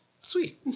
Sweet